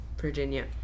Virginia